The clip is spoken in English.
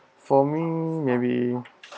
for me maybe